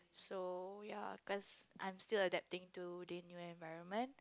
so ya cause I'm still adapting to the new environment